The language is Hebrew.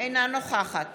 אינה נוכחת